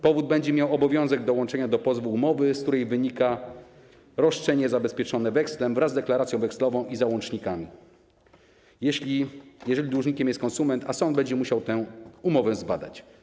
Powód będzie miał obowiązek dołączenia do pozwu umowy, z której wynika roszczenie zabezpieczone wekslem, wraz z deklaracją wekslową i załącznikami, jeżeli dłużnikiem jest konsument, a sąd będzie musiał tę umowę zbadać.